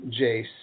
Jace